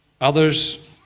Others